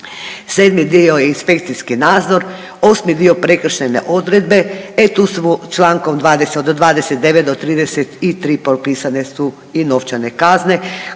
sedmi dio inspekcijski nadzor, osmi dio prekršajne odredbe, e tu su čl. 29. do 33. propisane su i novčane kazne